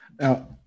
Now